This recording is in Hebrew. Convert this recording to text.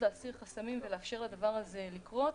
להסיר חסמים ולאפשר לדבר הזה לקרות.